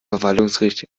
verwaltungsgericht